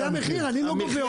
זה המחיר, אני לא גובה אותו.